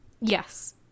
Yes